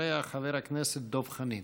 אחריה, חבר הכנסת דב חנין.